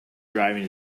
driving